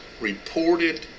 reported